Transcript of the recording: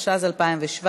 התשע"ז 2017,